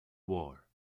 war